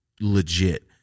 legit